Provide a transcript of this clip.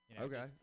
Okay